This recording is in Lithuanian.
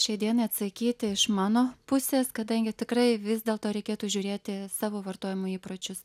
šiandien atsakyti iš mano pusės kadangi tikrai vis dėlto reikėtų žiūrėti savo vartojimo įpročius